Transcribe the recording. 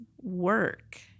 work